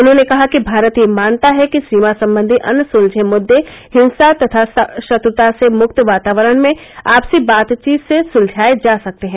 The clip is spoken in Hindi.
उन्होंने कहा कि भारत यह मानता है कि सीमा संबंधी अनसुलझे मुद्दे हिंसा तथा शत्रुता से मुक्त वातावरण में आपसी बातचीत से सुलझाये जा सकते हैं